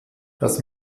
das